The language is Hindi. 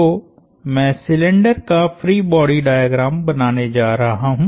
तो मैं सिलिंडर का फ्री बॉडी डायग्राम बनाने जा रहा हूं